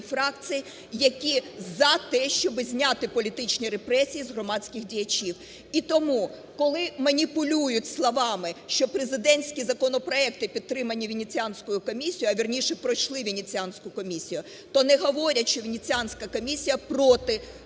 фракцій, які за те, щоби зняти політичні репресії з громадських діячів. І тому, коли маніпулюють словами, що президентські законопроекти підтримані Венеціанською комісією, а, вірніше, пройшли Венеціанську комісію, то не говорячи, Венеціанська комісія проти